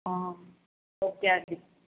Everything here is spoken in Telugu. ఓకే అండి